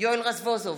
יואל רזבוזוב,